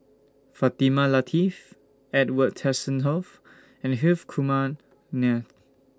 Fatimah Lateef Edwin Tessensohn and Hrif Kumar Nair